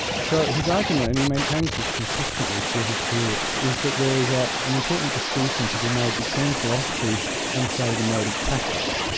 so his argument, and he maintains this consistently through his career, is that there is ah an important distinction to be made between philosophy and, say, the mode of practice.